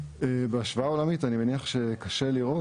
בהשוואה עולמית אני מניח שקשה לראות,